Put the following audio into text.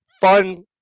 fun